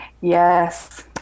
Yes